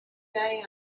day